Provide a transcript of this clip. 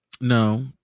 No